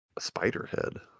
Spiderhead